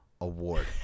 Award